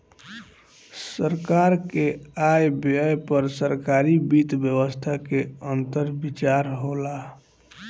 सरकार के आय व्यय पर सरकारी वित्त व्यवस्था के अंदर विचार होला